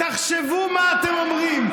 תחשבו מה אתם אומרים.